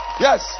Yes